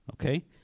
okay